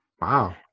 wow